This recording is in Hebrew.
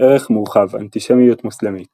ערך מורחב – אנטישמיות מוסלמית